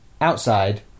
outside